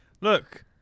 Look